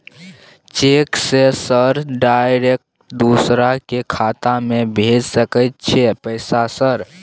Cheque से sir direct दूसरा के खाता में भेज सके छै पैसा सर?